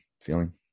feeling